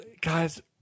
guys